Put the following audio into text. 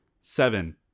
seven